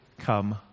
come